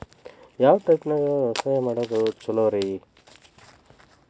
ಯಾವ ಟೈಪ್ ನ್ಯಾಗ ಬ್ಯಾಸಾಯಾ ಮಾಡೊದ್ ಛಲೋರಿ?